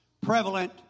prevalent